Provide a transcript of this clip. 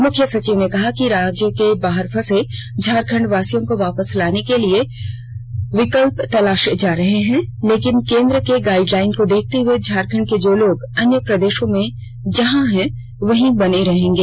मुख्य संचिव ने कहा कि राज्य के बाहर फंसे झारखंडवासियों को वापस लाने के लिए विकल्प तलाषे जा रहे हैं लेकिन केंद्र के गाइडलाइन को देखते हुए झारखंड के जो लोग अन्य प्रदेषों में जहां हैं वहीं बने रहेंगे